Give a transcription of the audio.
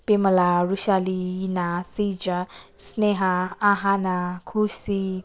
पेमला रुसाली रिना सिजा स्नेहा आहाना खुसी